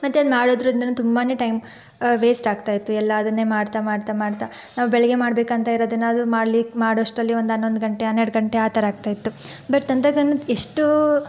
ಮತ್ತೆ ಇದು ಮಾಡೋದ್ರಿಂದನು ತುಂಬಾ ಟೈಮ್ ವೇಸ್ಟ್ ಆಗ್ತಾ ಇತ್ತು ಎಲ್ಲ ಅದನ್ನೇ ಮಾಡ್ತಾ ಮಾಡ್ತಾ ಮಾಡ್ತಾ ನಾವು ಬೆಳಗ್ಗೆ ಮಾಡಬೇಕಂತ ಇರೋದನ್ನು ಅದು ಮಾಡ್ಲಿಕ್ಕೆ ಮಾಡೋಷ್ಟರಲ್ಲಿ ಒಂದು ಹನ್ನೊಂದು ಗಂಟೆ ಹನ್ನೆರಡು ಗಂಟೆ ಆ ಥರ ಆಗ್ತಾ ಇತ್ತು ಬಟ್ ತಂತ್ರಜ್ಞಾನ ಎಷ್ಟು